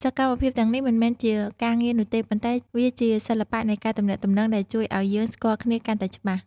សកម្មភាពទាំងនេះមិនមែនជាការងារនោះទេ ប៉ុន្តែវាជាសិល្បៈនៃការទំនាក់ទំនងដែលជួយឱ្យយើងស្គាល់គ្នាកាន់តែច្បាស់។